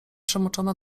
przemoczona